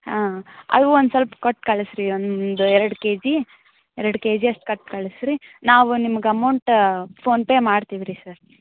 ಹಾಂ ಅವು ಒಂದು ಸ್ವಲ್ಪ ಕೊಟ್ಟು ಕಳಸಿ ರೀ ಒಂದು ಎರಡು ಕೆಜಿ ಎರಡು ಕೆಜಿ ಅಷ್ಟು ಕೊಟ್ ಕಳಸಿ ರೀ ನಾವು ನಿಮ್ಗೆ ಅಮೌಂಟ ಫೋನ್ಪೇ ಮಾಡ್ತೀವಿ ರೀ ಸರ್